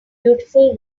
beautiful